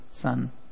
son